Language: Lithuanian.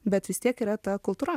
bet vis tiek yra ta kultūra